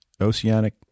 oceanic